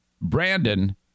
Brandon